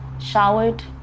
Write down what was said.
showered